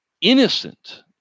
innocent